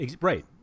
Right